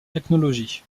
technology